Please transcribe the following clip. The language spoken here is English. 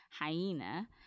hyena